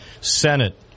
Senate